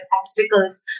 obstacles